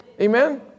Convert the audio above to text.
Amen